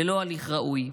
ללא הליך ראוי.